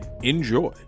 Enjoy